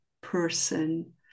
person